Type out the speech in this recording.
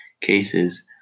cases